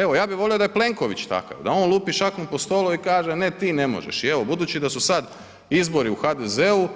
Evo, ja bi volio da je Plenković takav, da on lupi šakom po stolu i kaže ne ti ne možeš i evo budući da su sad izbori u HDZ-u,